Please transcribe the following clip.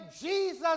Jesus